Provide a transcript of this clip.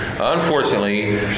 unfortunately